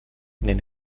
nenn